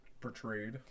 Portrayed